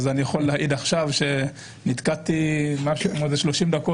אני יכול להעיד שנתקעתי עכשיו משהו כמו 30 דקות.